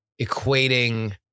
equating